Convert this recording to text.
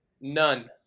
none